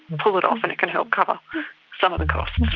pull it off and it can help cover some of the costs.